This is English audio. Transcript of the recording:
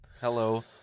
Hello